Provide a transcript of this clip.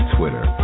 Twitter